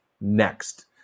next